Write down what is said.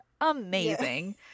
amazing